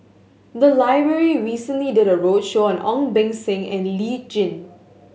the library recently did a roadshow on Ong Beng Seng and Lee Tjin